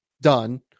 done